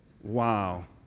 Wow